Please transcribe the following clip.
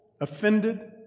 offended